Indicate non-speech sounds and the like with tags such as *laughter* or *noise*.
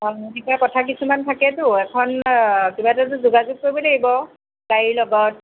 *unintelligible* তেনেকুৱা কথা কিছুমান থাকেতো এখন কিবা এটাতো যোগাযোগ কৰিব লাগিব গাড়ীৰ লগত